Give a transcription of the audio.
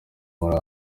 muri